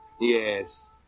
Yes